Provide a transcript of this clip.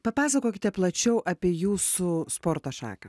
papasakokite plačiau apie jūsų sporto šaką